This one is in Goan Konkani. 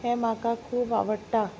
हें म्हाका खूब आवडटा